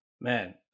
Man